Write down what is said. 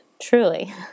Truly